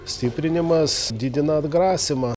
stiprinimas didina atgrasymą